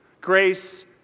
Grace